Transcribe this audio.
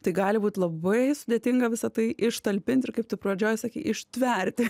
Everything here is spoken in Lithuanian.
tai gali būt labai sudėtinga visa tai ištalpint ir kaip tu pradžioj sakiei ištverti